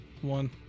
one